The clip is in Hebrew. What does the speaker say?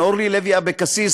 אורלי לוי אבקסיס,